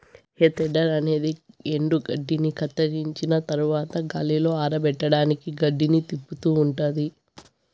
హే tedder అనేది ఎండుగడ్డిని కత్తిరించిన తరవాత గాలిలో ఆరపెట్టడానికి గడ్డిని తిప్పుతూ ఉంటాది